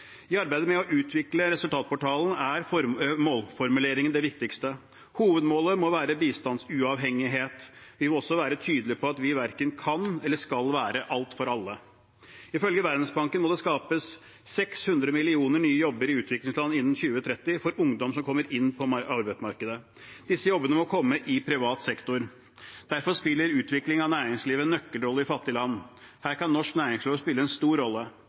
I arbeidet med å utvikle resultatportalen er målformuleringen det viktigste. Hovedmålet må være bistandsuavhengighet. Vi må også være tydelige på at vi verken kan eller skal være alt for alle. Ifølge Verdensbanken må det skapes 600 millioner nye jobber i utviklingsland innen 2030 for ungdom som kommer inn på arbeidsmarkedet. Disse jobbene må komme i privat sektor. Derfor spiller utvikling av næringslivet en nøkkelrolle i fattige land. Her kan norsk næringsliv spille en stor rolle.